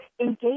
engage